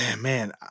man